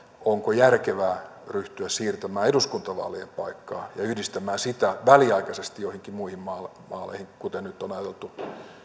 onko järkevää ryhtyä siirtämään eduskuntavaalien paikkaa ja yhdistämään niitä väliaikaisesti joihinkin muihin vaaleihin kuten nyt on